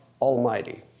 Almighty